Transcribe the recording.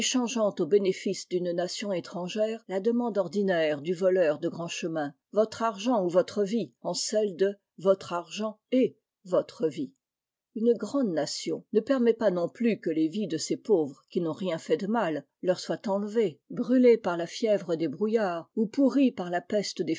au bënénce d'une nation étrangère la demande ordinaire du voleur de grand chemin votre argent ou votre vie en celle de votre argent e votre vie h une grande nation ne permet pas non plus que les vies de ses pauvres qui n'ont rien fait de mal leur soient enlevées brûlées par la fièvre des brouillards ou pourries par ta peste